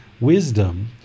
wisdom